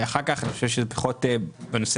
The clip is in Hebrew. בנושא